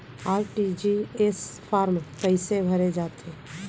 RTGS form कइसे भरे जाथे?